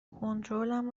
کنترلم